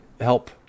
help